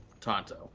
Tonto